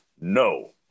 No